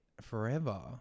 forever